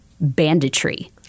banditry